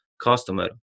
customer